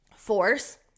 Force